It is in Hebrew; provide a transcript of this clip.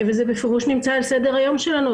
וזה בפירוש נמצא על סדר היום שלנו,